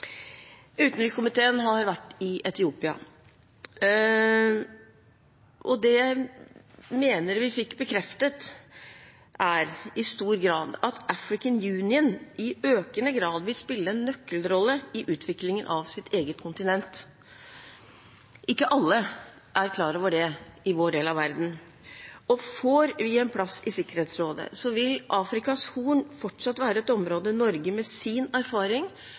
Utenrikskomiteen har vært i Etiopia. Det vi mener vi fikk bekreftet, er i stor grad at African Union i økende grad vil spille en nøkkelrolle i utviklingen av sitt eget kontinent. Ikke alle er klar over det i vår del av verden. Får vi en plass i Sikkerhetsrådet, vil Afrikas Horn fortsatt være et område Norge med sin erfaring